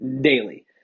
daily